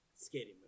Skating